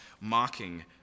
mocking